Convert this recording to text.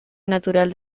natural